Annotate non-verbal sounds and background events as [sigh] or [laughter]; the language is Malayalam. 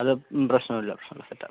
അത് പ്രശ്നമില്ല [unintelligible]